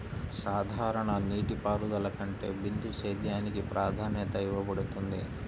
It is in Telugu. సాధారణ నీటిపారుదల కంటే బిందు సేద్యానికి ప్రాధాన్యత ఇవ్వబడుతుంది